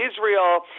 Israel